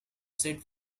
set